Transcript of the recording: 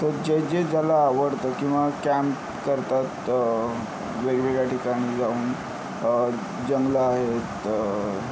तर जे जे ज्याला आवडतं किंवा कॅम्प करतात वेगवेगळ्या ठिकाणी जाऊन जंगलं आहेत